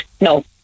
No